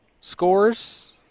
scores